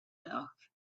dark